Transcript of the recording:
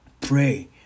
Pray